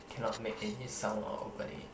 cannot make any sound while opening it